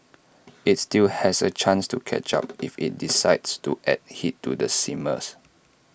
IT still has A chance to catch up if IT decides to add heat to the simmer